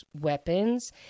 weapons